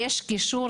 קישור,